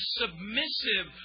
submissive